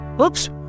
Oops